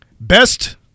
Best